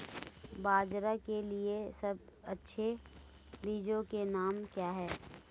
बाजरा के लिए अच्छे बीजों के नाम क्या हैं?